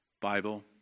Bible